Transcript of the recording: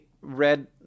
read